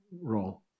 role